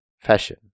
Fashion